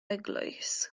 eglwys